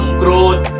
growth